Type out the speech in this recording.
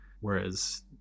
Whereas